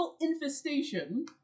infestation